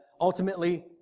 ultimately